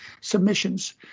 submissions